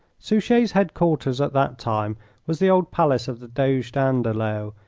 suchet's head-quarters at that time was the old palace of the doge dandolo,